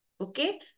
okay